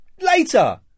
Later